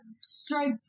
stripe